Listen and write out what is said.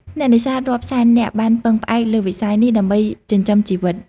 អ្នកនេសាទរាប់សែននាក់បានពឹងផ្អែកលើវិស័យនេះ ដើម្បីចិញ្ចឹមជីវិត។